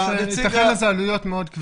יתכנו לזה עלויות כבדות מאוד.